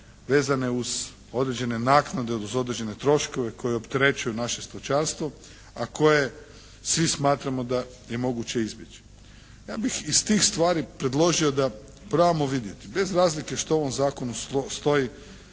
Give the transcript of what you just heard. vezane uz određene naknade, uz određene troškove koji opterećuju naše stočarstvo, a koje svi smatramo da je moguće izbjeći. Ja bih iz tih stvari predložio da probamo vidjeti bez razlike što u ovom Zakonu stoji